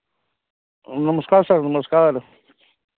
नमस्कार सर नमस्कार